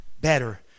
better